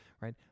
right